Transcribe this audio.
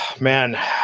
Man